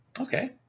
Okay